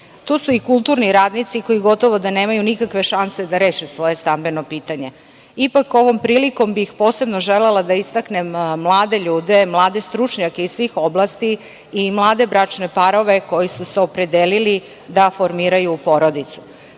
su i kulturni radnici koji gotovo da nemaju nikakve šanse da reše svoje stambeno pitanje. Ipak ovom prilikom bih posebno želela da istaknem mlade ljude, mlade stručnjake iz svih oblasti i mlade bračne parove koji su se opredelili da formiraju porodicu.